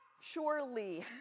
Surely